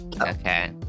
okay